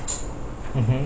mmhmm